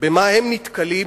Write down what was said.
במה הם נתקלים,